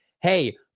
Hey